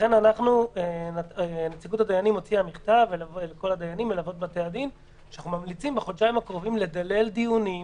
לכן נציגות הדיינים הוציאו מכתב שממליצים בחודשיים הקרובים לדלל דיונים